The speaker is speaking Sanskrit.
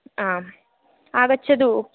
आम् आगच्छतु